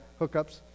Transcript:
hookups